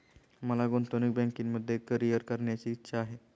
मला गुंतवणूक बँकिंगमध्ये करीअर करण्याची इच्छा आहे